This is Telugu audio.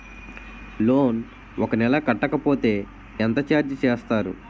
లోన్ ఒక నెల కట్టకపోతే ఎంత ఛార్జ్ చేస్తారు?